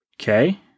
Okay